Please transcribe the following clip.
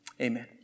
amen